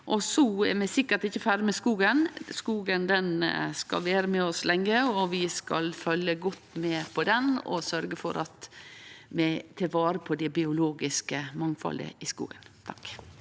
Vi er sikkert ikkje ferdige med skogen, skogen skal vere med oss lenge. Vi skal følgje godt med på skogen og sørgje for at vi tek vare på det biologiske mangfaldet i skogen. Ole